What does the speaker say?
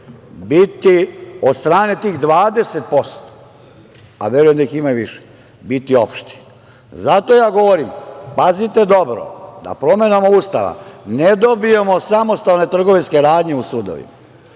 biti od strane tih 20%, a verujem da ih ima i više, biti opšti. Zato ja govorim, pazite dobro da promenama Ustava ne dobijemo samostalne trgovinske radnje u sudovima